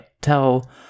tell